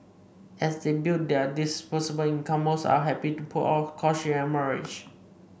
as they build their disposable income most are happy to put off courtship and marriage